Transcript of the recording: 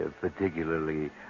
particularly